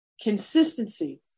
Consistency